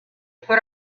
put